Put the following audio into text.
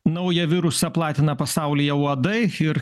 naują virusą platina pasaulyje uodai ir